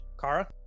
Kara